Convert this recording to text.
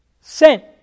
Sent